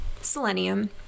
selenium